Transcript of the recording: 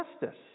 justice